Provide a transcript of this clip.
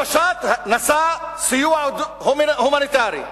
המשט נשא סיוע הומניטרי,